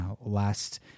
last